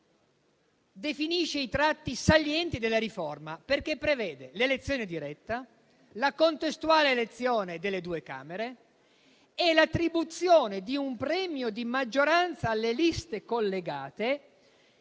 definisce i tratti salienti della riforma perché prevede l'elezione diretta, la contestuale elezione delle due Camere e l'attribuzione di un premio di maggioranza alle liste collegate,